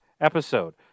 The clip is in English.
episode